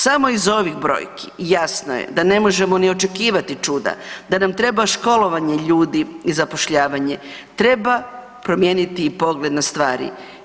Samo iz ovih brojki jasno je da ne možemo ni očekivati čuda da nam treba školovanje ljudi i zapošljavanje treba promijeniti i pogled na stvari.